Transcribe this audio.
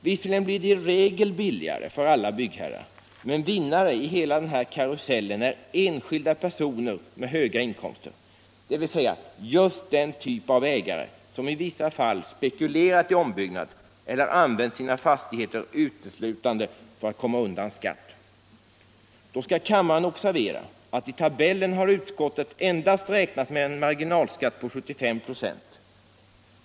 Visserligen blir det i regel billigare för alla byggherrar, men vinnare i hela den här karusellen är enskilda personer med höga inkomster, dvs. just den typ av ägare som i vissa fall spekulerat 87 i ombyggnad eller använt sina fastigheter uteslutande för att komma undan skatt. Då skall kammaren observera att utskottet i tabellen endast har räknat med en marginalskatt på 75 96.